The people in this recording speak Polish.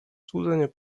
złudzenie